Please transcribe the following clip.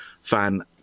fan